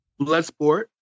Bloodsport